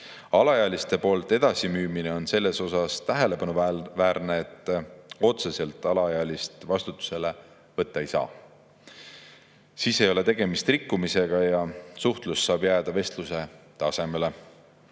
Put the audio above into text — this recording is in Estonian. Alaealiste poolt edasimüümine on selles osas tähelepanuväärne, et alaealist otseselt vastutusele võtta ei saa. Siis ei ole tegemist rikkumisega ja saab jääda vestluse tasemele.